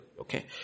okay